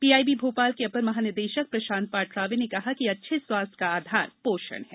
PIB Bhopal के अपर महानिदेशक प्रशांत पाठराबे ने कहा कि अच्छे स्वास्थ्य का आधार पोषण है